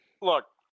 Look